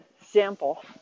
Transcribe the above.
sample